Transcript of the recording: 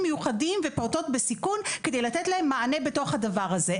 מיוחדים ופעוטות בסיכון כדי לתת להם מענה בתוך הדבר הזה.